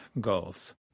goals